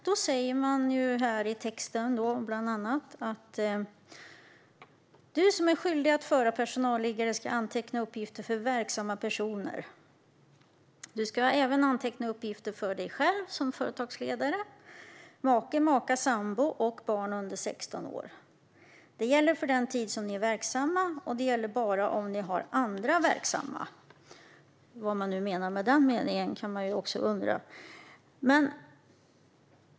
Det står bland annat: "Du som är skyldig att föra personalliggare ska anteckna uppgifter för verksamma personer i personalliggaren. Du ska även anteckna uppgifter för dig själv som företagsledare make, maka, sambo och barn under 16 år. Detta gäller för den tid som ni är verksamma, och det gäller bara om ni har andra verksamma." - vad man nu menar med det.